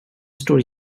stor